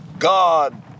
God